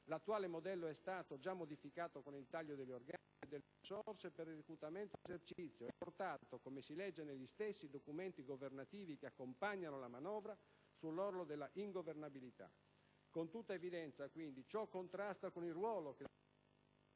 l'attuale modello è stato già modificato con il taglio degli organici e delle risorse per il reclutamento e l'esercizio, e portato, come si legge negli stessi documenti governativi che accompagnano la manovra, sull'orlo dell'ingovernabilità. Con tutta evidenza, ciò contrasta con il ruolo che